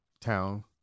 town